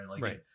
right